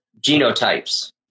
genotypes